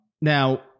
Now